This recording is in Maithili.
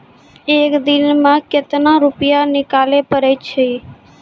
एक दिन मे केतना रुपैया निकाले पारै छी?